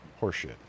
Horseshit